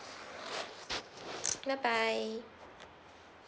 bye bye